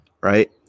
Right